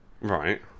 Right